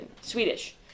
Swedish